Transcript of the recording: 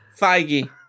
Feige